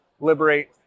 liberate